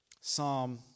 Psalm